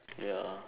ya